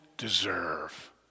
deserve